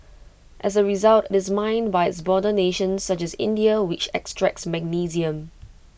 as A result this mined by its border nations such as India which extracts magnesium